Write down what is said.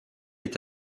est